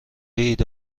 ایده